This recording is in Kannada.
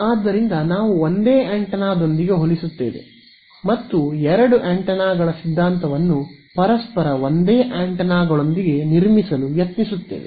ಆದ್ದರಿಂದ ನಾವು ಒಂದೇ ಆಂಟೆನಾದೊಂದಿಗೆ ಹೋಲಿಸುತ್ತೇವೆ ಮತ್ತು ಎರಡು ಆಂಟೆನಾಗಳ ಸಿದ್ಧಾಂತವನ್ನು ಪರಸ್ಪರ ಒಂದೇ ಆಂಟೆನಾಗಳೊಂದಿಗೆ ನಿರ್ಮಿಸಲು ಯತ್ನಿಸುತ್ತೇವೆ